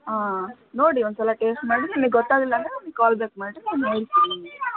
ಹಾಂ ನೋಡಿ ಒಂದ್ಸಲ ಟೇಸ್ಟ್ ಮಾಡಿ ನಿಮಗೆ ಗೊತ್ತಾಗಲಿಲ್ಲ ಅಂದರೆ ಕಾಲ್ ಬ್ಯಾಕ್ ಮಾಡಿ ನಾನು ಹೇಳ್ತೀನಿ ನಿಮಗೆ